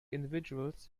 individuals